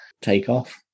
takeoff